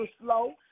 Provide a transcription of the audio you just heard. slow